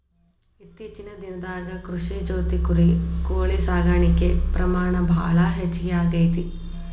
ಇತ್ತೇಚಿನ ದಿನದಾಗ ಕೃಷಿ ಜೊತಿ ಕುರಿ, ಕೋಳಿ ಸಾಕಾಣಿಕೆ ಪ್ರಮಾಣ ಭಾಳ ಹೆಚಗಿ ಆಗೆತಿ